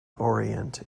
orient